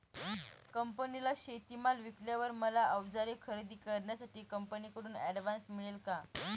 कंपनीला शेतीमाल विकल्यावर मला औजारे खरेदी करण्यासाठी कंपनीकडून ऍडव्हान्स मिळेल का?